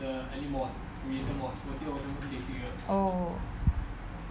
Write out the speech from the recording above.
oh